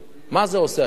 מה זה עושה, השיטה הזאת?